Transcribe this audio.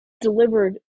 delivered